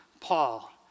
Paul